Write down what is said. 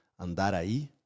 Andaraí